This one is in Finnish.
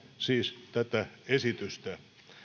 siis tätä esitystä